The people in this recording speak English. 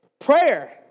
prayer